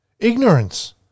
Ignorance